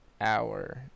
Hour